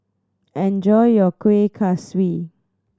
enjoy your Kuih Kaswi